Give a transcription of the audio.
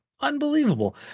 unbelievable